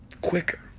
Quicker